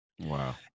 Wow